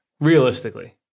Realistically